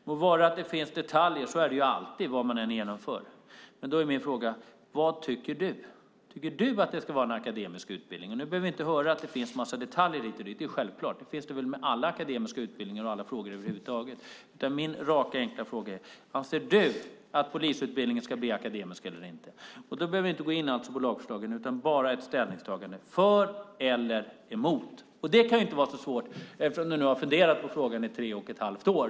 Det må vara att det finns detaljer - så är det alltid, vad man än genomför - men min fråga är: Vad tycker du ? Tycker du att det ska vara en akademisk utbildning? Nu behöver vi inte höra att det finns en massa detaljer hit och dit - det är självklart; det finns det med alla akademiska utbildningar och alla frågor över huvud taget - utan min raka, enkla fråga är: Anser du att polisutbildningen ska bli akademisk eller inte? Vi behöver inte gå in på lagförslagen, utan jag vill bara ha ett ställningstagande: För eller emot? Det kan inte vara så svårt eftersom du nu har funderat på frågan i tre och ett halvt år.